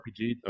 rpg